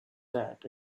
that